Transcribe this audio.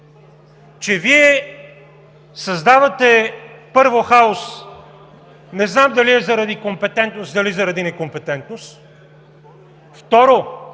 че Вие създавате, първо, хаос – не знам дали е заради компетентност, дали е заради некомпетентност, второ,